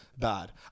bad